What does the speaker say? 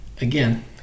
again